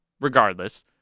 regardless